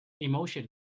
emotion